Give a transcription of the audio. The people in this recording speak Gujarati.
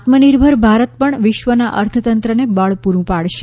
આત્મનિર્ભર ભારત પણ વિશ્વના અર્થતંત્રને બળ પૂરું પાડશે